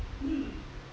mm